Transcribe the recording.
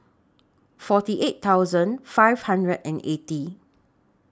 forty eight thousand five hundred and eighty